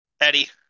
Eddie